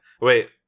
Wait